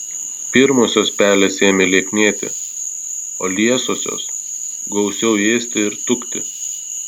pirmosios pelės ėmė lieknėti o liesosios gausiau ėsti ir tukti